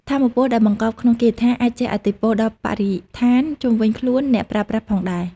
ថាមពលដែលបង្កប់ក្នុងគាថាអាចជះឥទ្ធិពលដល់បរិស្ថានជុំវិញខ្លួនអ្នកប្រើប្រាស់ផងដែរ។